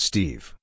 Steve